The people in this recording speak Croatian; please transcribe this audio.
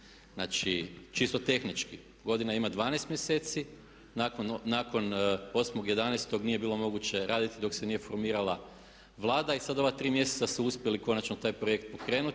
Znači čisto tehnički, godina ima 12 mjeseci, nakon 8.11. nije bilo moguće raditi dok se nije formirala Vlada i sada ova tri mjeseca su uspjeli konačno taj projekt pokrenuti.